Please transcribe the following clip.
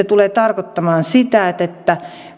tulee tarkoittamaan kunnallisille työpajoille sitä että että